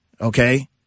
okay